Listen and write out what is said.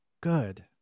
good